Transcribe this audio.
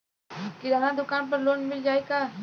किराना दुकान पर लोन मिल जाई का?